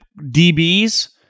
DBs